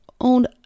owned